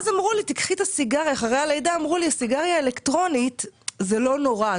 אחרי הלידה אמרו לי שאקח את הסיגריה האלקטרונית כי זה לא נורא,